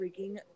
freaking